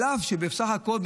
על אף שבסך הכול,